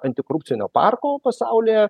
antikorupcinio parko pasaulyje